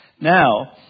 Now